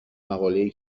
مقالهای